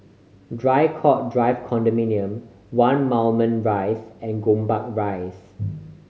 Draycott Drive Condominium One Moulmein Rise and Gombak Rise